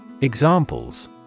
Examples